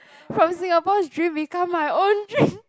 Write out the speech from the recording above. from Singapore's dream become my own dream